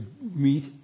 meet